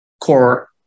core